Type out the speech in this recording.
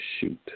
shoot